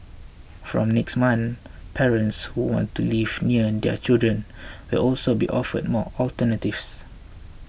from next month parents who want to live near their children will also be offered more alternatives